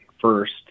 first